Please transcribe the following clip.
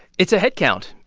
it's a head count.